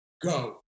go